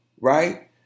right